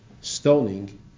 stoning